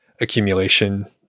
accumulation